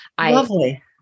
Lovely